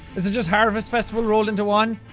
is it just harvest festival rolled into one?